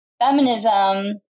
feminism